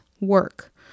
work